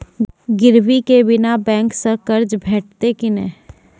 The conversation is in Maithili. गिरवी के बिना बैंक सऽ कर्ज भेटतै की नै?